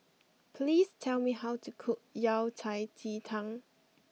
please tell me how to cook Yao Cai Ji Tang